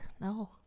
No